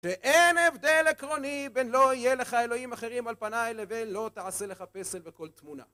שאין הבדל עקרוני בין לא יהיה לך אלוהים אחרים על פניי לבין לא תעשה לך פסל בכל תמונה